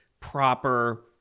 proper